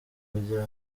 kugira